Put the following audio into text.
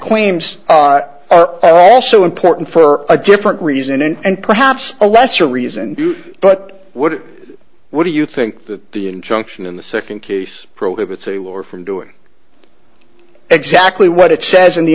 claims are also important for a different reason and perhaps a lesser reason but what what do you think that the injunction in the second case prohibits a lawyer from doing exactly what it says in the